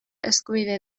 eskubidea